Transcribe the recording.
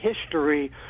history